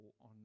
on